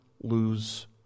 lose